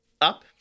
up